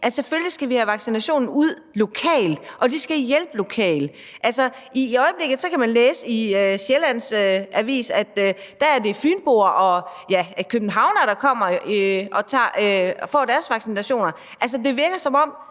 vi selvfølgelig skal have vaccinationen ud lokalt og vi skal hjælpe lokalt? I øjeblikket kan man læse i en sjællandsk avis, at det er fynboer og københavnere, der kommer og får deres vaccinationer. Altså, det virker, som om